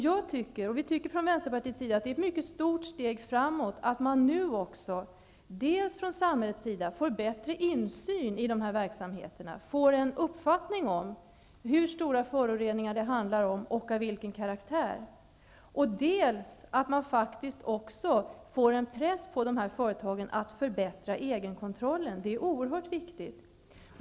Vi tycker i Vänsterpartiet att det är ett mycket stort steg framåt dels att samhället nu får bättre insyn i dessa verksamheter och får en uppfattning om hur stora föroreningar det handlar om och av vilken karaktär, dels att dessa företag nu får en press på sig att förbättra egenkontrollen, vilket är oerhört viktigt.